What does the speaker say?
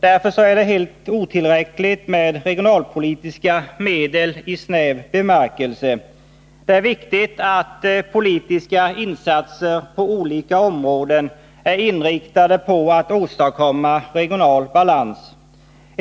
Därför är det helt otillräckligt med regionalpolitiska medel i snäv bemärkelse. Det är viktigt att politiska insatser på olika områden är inriktade på att åstadkomma regional balans.